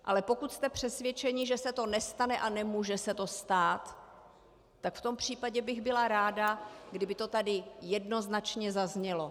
Ale pokud jste přesvědčeni, že se to nestane a nemůže se to stát, tak v tom případě bych byla ráda, kdyby to tady jednoznačně zaznělo.